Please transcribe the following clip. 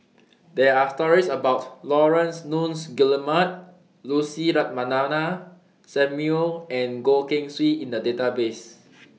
There Are stories about Laurence Nunns Guillemard Lucy Ratnammah Samuel and Goh Keng Swee in The Database